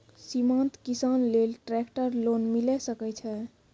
सीमांत किसान लेल ट्रेक्टर लोन मिलै सकय छै?